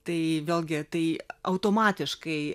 tai vėlgi tai automatiškai